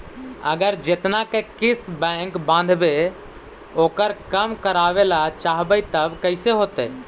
अगर जेतना के किस्त बैक बाँधबे ओकर कम करावे ल चाहबै तब कैसे होतै?